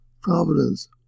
providence